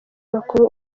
bakuru